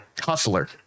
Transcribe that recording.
hustler